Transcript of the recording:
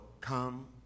Come